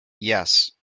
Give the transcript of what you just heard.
yes